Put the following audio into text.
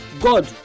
God